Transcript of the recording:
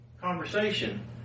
conversation